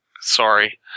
sorry